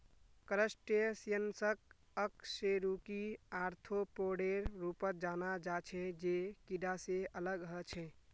क्रस्टेशियंसक अकशेरुकी आर्थ्रोपोडेर रूपत जाना जा छे जे कीडा से अलग ह छे